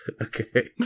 Okay